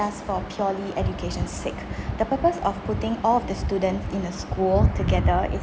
just for purely education sake the purpose of putting all of the student in the school together is